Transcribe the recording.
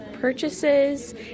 purchases